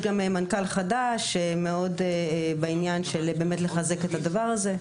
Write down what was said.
יש גם מנכ"ל חדש מאוד בעניין של באמת לחזק א הדבר הזה.